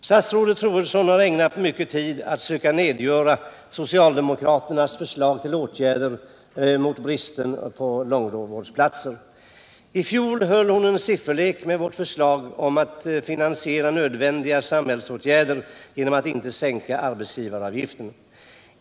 Statsrådet Troedsson har ägnat mycken tid åt att söka nedgöra socialdemokraternas förslag till åtgärder beträffande bristen på långvårdsplatser. I fjol höll hon en sifferlek med vårt förslag om att finansiera nödvändiga samhällsåtgärder genom att inte sänka arbetsgivaravgiften.